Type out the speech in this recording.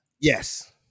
Yes